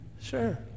Sure